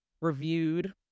reviewed